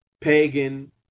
pagan